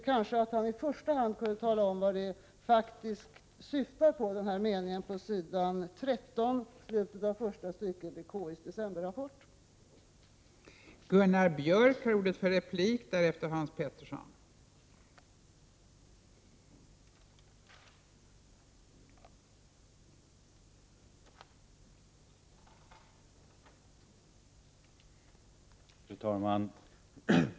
I första hand kunde finansministern tala om vad den här meningen på s. 13, slutet av första stycket, i KI:s decemberrapport faktiskt syftar på.